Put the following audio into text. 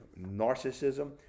narcissism